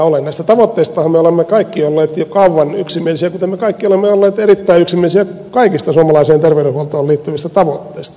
näistä tavoitteistahan me olemme kaikki olleet jo kauan yksimielisiä kuten me kaikki olemme olleet erittäin yksimielisiä kaikista suomalaiseen terveydenhuoltoon liittyvistä tavoitteista